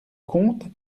comte